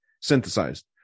synthesized